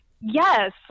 yes